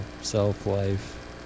self-life